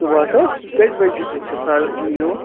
صُبحس حظ کٔژِ بَجہِ أسۍ چھِ یوٗت